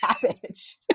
cabbage